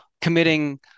committing